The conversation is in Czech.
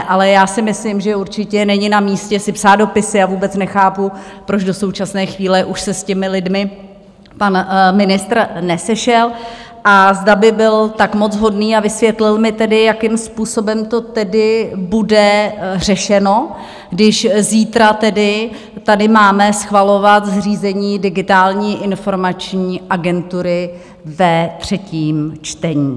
Ale já si myslím, že určitě není namístě si psát dopisy a vůbec nechápu, proč do současné chvíle už se s těmi lidmi pan ministr nesešel, a zda by byl tak moc hodný a vysvětlil mi tedy, jakým způsobem to tedy bude řešeno, když zítra tedy tady máme schvalovat zřízení Digitální informační agentury ve třetím čtení.